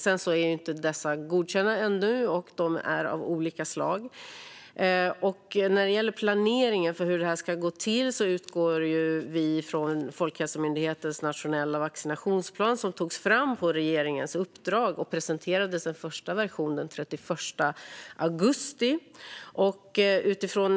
Dessa är visserligen inte godkända ännu, och de är av olika slag. När det gäller planeringen för hur det ska gå till utgår vi från Folkhälsomyndighetens nationella vaccinationsplan. Den togs fram på regeringens uppdrag, och den första versionen presenterades den 31 augusti.